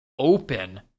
open